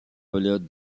pilote